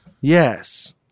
Yes